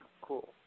Cool